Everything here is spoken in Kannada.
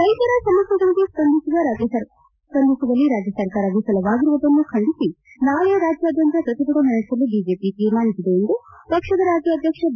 ರೈತರ ಸಮಸ್ಯೆಗಳಿಗೆ ಸ್ಪಂದಿಸುವಲ್ಲಿ ರಾಜ್ಯ ಸರ್ಕಾರ ವಿಫಲವಾಗಿರುವುದನ್ನು ಖಂಡಿಸಿ ನಾಳೆ ರಾಜ್ಯಾದ್ಯಂತ ಪ್ರತಿಭಟನೆ ನಡೆಸಲು ಬಿಜೆಪಿ ತೀರ್ಮಾನಿಸಿದೆ ಎಂದು ಪಕ್ಷದ ರಾಜ್ಕಾಧ್ವಕ್ಷ ಬಿ